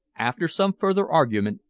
after some further argument,